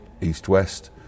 east-west